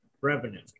revenue